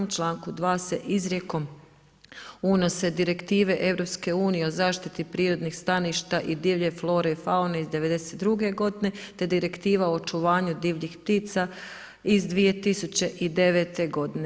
U članku 2. se izrijekom unose Direktive EU o zaštiti prirodnih staništa i divlje flora i faune iz '92. godine te Direktiva o očuvanju divljih ptica iz 2009. godine.